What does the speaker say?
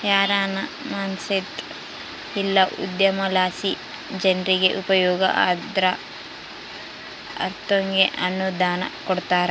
ಯಾರಾನ ಮನ್ಸೇತ ಇಲ್ಲ ಉದ್ಯಮಲಾಸಿ ಜನ್ರಿಗೆ ಉಪಯೋಗ ಆದ್ರ ಅಂತೋರ್ಗೆ ಅನುದಾನ ಕೊಡ್ತಾರ